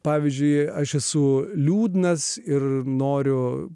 pavyzdžiui aš esu liūdnas ir noriu